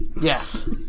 Yes